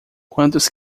quantos